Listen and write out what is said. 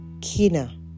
Kina